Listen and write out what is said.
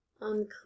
unclear